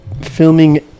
filming